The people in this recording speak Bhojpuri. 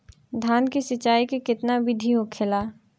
धान की सिंचाई की कितना बिदी होखेला?